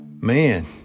man